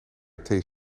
crt